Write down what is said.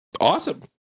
Awesome